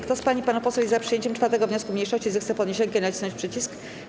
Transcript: Kto z pań i panów posłów jest za przyjęciem 4. wniosku mniejszości, zechce podnieść rękę i nacisnąć przycisk.